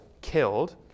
killed